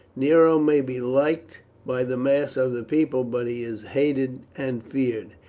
nero may be liked by the mass of the people, but he is hated and feared,